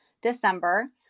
December